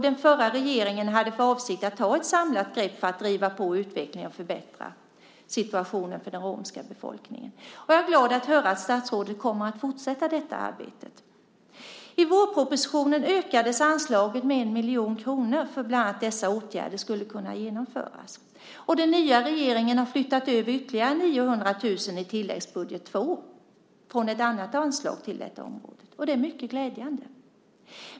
Den förra regeringen hade för avsikt att ta ett samlat grepp för att driva på utvecklingen för att förbättra situationen för den romska befolkningen. Jag är glad att höra att statsrådet kommer att fortsätta detta arbete. I vårpropositionen ökades anslaget med 1 miljon kronor för att bland annat dessa åtgärder skulle kunna genomföras. Den nya regeringen har flyttat över ytterligare 900 000 i tilläggsbudget 2 från ett annat anslag till detta område. Det är mycket glädjande.